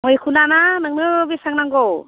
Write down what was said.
मैखुना ना नोंनो बेसेबां नांगौ